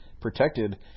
protected